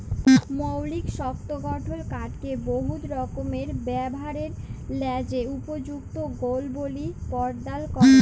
মৌলিক শক্ত গঠল কাঠকে বহুত রকমের ব্যাভারের ল্যাযে উপযুক্ত গুলবলি পরদাল ক্যরে